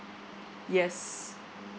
yes